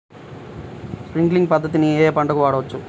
Sprinkler పద్ధతిని ఏ ఏ పంటలకు వాడవచ్చు?